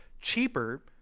cheaper